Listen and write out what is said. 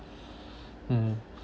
mm